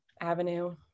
avenue